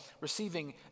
receiving